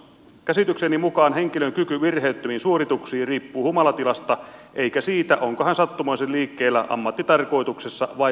käsitykseni mukaan henkilön kyky virheettömiin suorituksiin riippuu humalatilasta eikä siitä onko hän sattumoisin liikkeellä ammattitarkoituksessa vai vapaa ajallaan